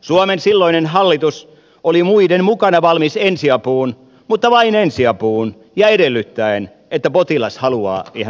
suomen silloinen hallitus oli muiden mukana valmis ensiapuun mutta vain ensiapuun ja edellyttäen että potilas haluaa ihan oikein parantua